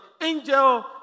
angel